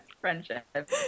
friendship